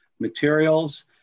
materials